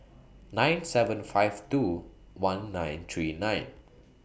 nine seven five two one nine three nine